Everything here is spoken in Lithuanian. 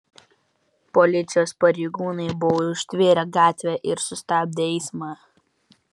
policijos pareigūnai buvo užtvėrę gatvę ir sustabdę eismą